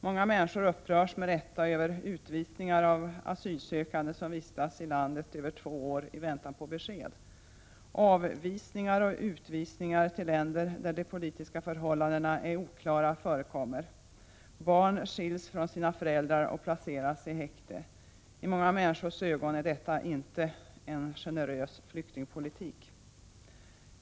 Många människor upprörs med rätta över utvisningar av asylsökande som har vistats i landet i mer än två år i väntan på besked. Avvisningar och utvisningar till länder där de politiska förhållandena är oklara förekommer. Barn skiljs från sina föräldrar och placeras i häkte. I många människors ögon är detta inte en generös flyktingpolitik.